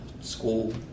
school